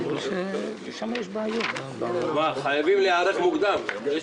בואו נצביע ונעשה